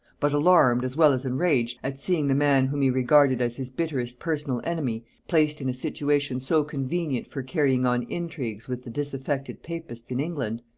but alarmed, as well as enraged, at seeing the man whom he regarded as his bitterest personal enemy placed in a situation so convenient for carrying on intrigues with the disaffected papists in england,